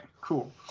cool